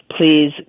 please